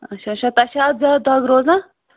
اچھا اچھا تۄہہِ چھا اَتھ زیادٕ دَگ روزان